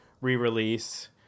re-release